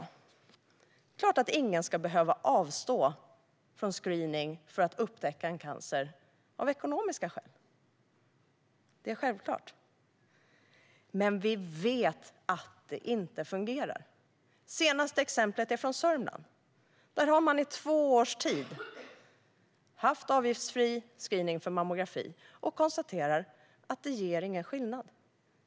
Det är självklart att ingen av ekonomiska skäl ska behöva avstå från screening för att upptäcka en cancer. Men vi vet att det inte fungerar. Det senaste exemplet är från Sörmland. Där har man i två års tid haft avgiftsfri screening för mammografi och konstaterar att det inte ger någon skillnad.